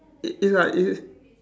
i~ is like it's it's